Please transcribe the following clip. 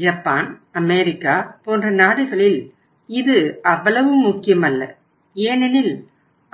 Japan America போன்ற நாடுகளில் இது அவ்வளவு முக்கியமல்ல ஏனெனில்